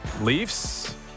leafs